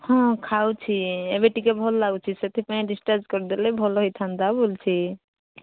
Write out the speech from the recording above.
ହଁ ଖାଉଛି ଏବେ ଟିକେ ଭଲ୍ ଲାଗୁଛି ସେଥିପାଇଁ ଡିସ୍ଚାର୍ଜ୍ କରିଦେଲେ ଭଲ ହେଇଥାନ୍ତା ବୋଲୁଛି